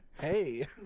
Hey